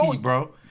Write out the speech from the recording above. bro